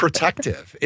Protective